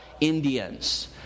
Indians